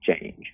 change